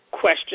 question